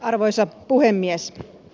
arvoisa puhemies